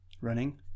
Running